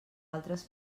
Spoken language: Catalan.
altres